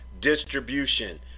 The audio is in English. distribution